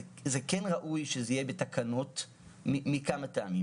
ראוי שזה יהיה בתקנות מכמה טעמים